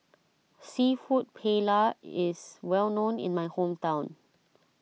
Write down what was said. Seafood Paella is well known in my hometown